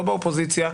לא באופוזיציה,